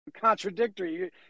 contradictory